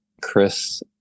Chris